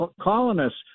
colonists